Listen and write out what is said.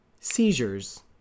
seizures